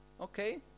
okay